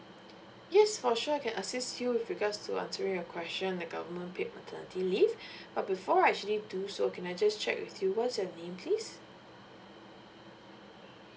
yes for sure I can assist you with regards to answering your question the government paid maternity leave but before I actually do so can I just check with you what's your name please